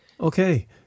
Okay